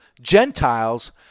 Gentiles